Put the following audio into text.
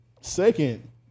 Second